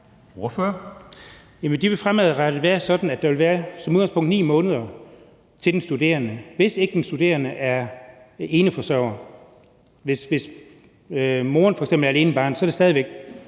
det vil fremadrettet være sådan, at der som udgangspunkt vil være 9 måneder til den studerende, hvis ikke den studerende er eneforsørger. Hvis moren f.eks. er alene med barnet, er det stadig væk